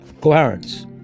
coherence